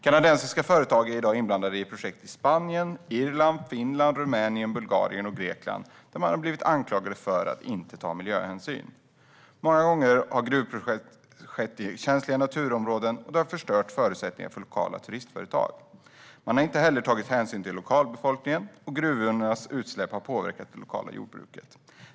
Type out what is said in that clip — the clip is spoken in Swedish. Kanadensiska företag är i dag inblandade i projekt i Spanien, Irland, Finland, Rumänien, Bulgarien och Grekland där de blivit anklagade för att inte ta miljöhänsyn. Många gånger har gruvprojekt skett i känsliga naturområden, och det har förstört förutsättningar för lokala turistföretag. Man har inte heller tagit hänsyn till lokalbefolkningen, och gruvornas utsläpp har påverkat det lokala jordbruket.